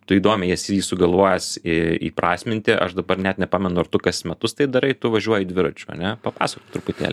tu įdomiai esi jį sugalvojęs į įprasminti aš dabar net nepamenu ar tu kas metus tai darai tu važiuoji dviračiu ane papasakok truputėlį